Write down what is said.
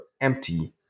empty